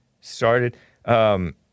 started